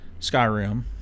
Skyrim